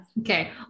Okay